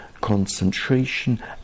concentration